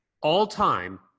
all-time